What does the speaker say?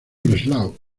breslau